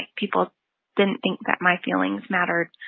people didn't think that my feelings mattered.